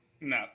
No